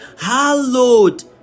hallowed